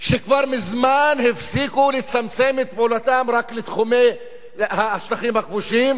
שכבר מזמן הפסיקו לצמצם את פעולתם רק לתחומי השטחים הכבושים.